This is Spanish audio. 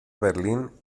berlín